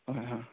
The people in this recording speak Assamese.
অ হয়